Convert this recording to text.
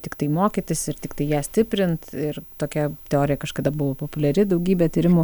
tiktai mokytis ir tiktai ją stiprint ir tokia teorija kažkada buvo populiari daugybė tyrimų